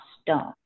stone